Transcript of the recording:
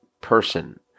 person